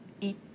eat